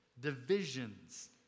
divisions